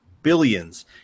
billions